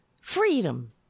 freedom